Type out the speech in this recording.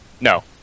No